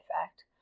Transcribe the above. effect